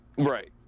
right